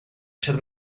před